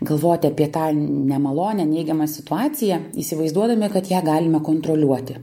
galvoti apie tą nemalonią neigiamą situaciją įsivaizduodami kad ją galime kontroliuoti